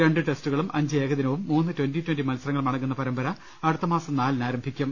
രണ്ടു ടെസ്റ്റുകളും അഞ്ച് ഏകദിനവും മൂന്ന് ട്ന്റി ട്വന്റി മത്സര ങ്ങളും അടങ്ങുന്ന പരമ്പര അടുത്തമാസം നാലിന് ആരംഭിക്കും